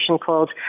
called